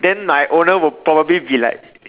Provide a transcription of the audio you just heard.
then my owner will probably be like